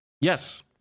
Yes